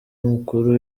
umukuru